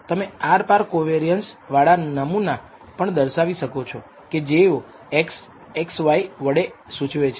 તમે cross covariance વાળા નમુના પણ દર્શાવી શકો કે જેવો Sxy વળે સૂચવે છે